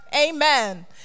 Amen